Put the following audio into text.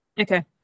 okay